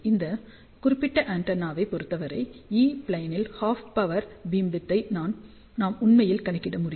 இந்த குறிப்பிட்ட ஆண்டெனாவைப் பொறுத்தவரை E ப்ளேனில் ஹாஃப் பவர் பீம்விட்த் ஐ நாம் உண்மையில் கணக்கிட முடியும்